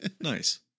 nice